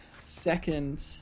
second